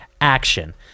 action